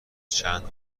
چند